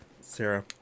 Sarah